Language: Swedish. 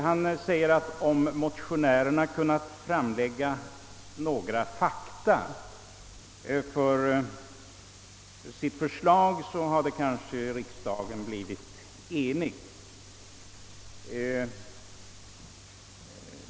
Herr Regnéll sade att om motionärerna hade kunnat framlägga några fakta för sitt förslag, hade vi här i riks dagen kanske kunnat bli eniga därom.